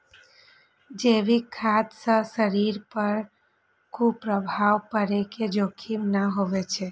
जैविक खाद्य सं शरीर पर कुप्रभाव पड़ै के जोखिम नै होइ छै